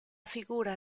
figura